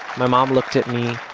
my mom looked at me,